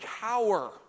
cower